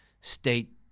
state